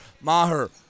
Maher